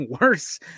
worse